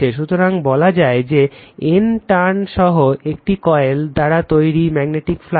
সুতরাং বলা যায় যে N টার্ন সহ একটি কয়েল দ্বারা তৈরী ম্যাগনেটিক ফ্লাক্স